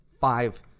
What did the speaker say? five